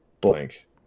blank